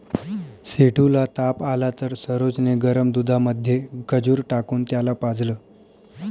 सेठू ला ताप आला तर सरोज ने गरम दुधामध्ये खजूर टाकून त्याला पाजलं